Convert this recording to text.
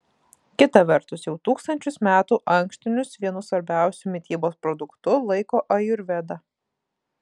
kita vertus jau tūkstančius metų ankštinius vienu svarbiausiu mitybos produktu laiko ajurveda